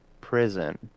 prison